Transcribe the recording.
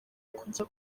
kujya